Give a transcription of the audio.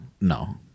No